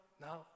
now